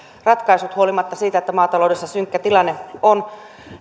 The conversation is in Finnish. ratkaisut huolimatta siitä että maataloudessa synkkä tilanne on